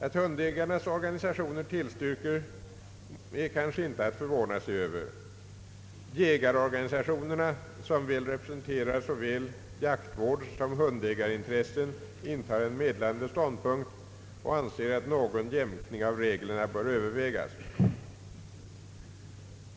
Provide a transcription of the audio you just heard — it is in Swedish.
Att hundägarnas organisationer tillstyrker motionerna är kanske inte att förvåna sig över. Jägarorganisationerna, som väl representerar såväl jaktvårdssom hundägarintressen, intar en medlande ståndpunkt och anser att någon jämkning av reglerna bör övervägas.